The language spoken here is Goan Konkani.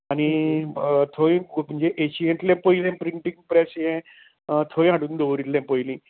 आनी थंय म्हणजे एशियेंतले पयलें प्रिंटींग प्रॅस हें थंय हाडून दवरील्लें पयलीं